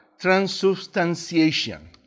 transubstantiation